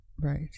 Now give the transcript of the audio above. Right